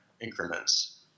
increments